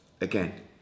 again